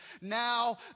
Now